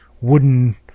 wooden